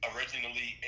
Originally